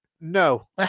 no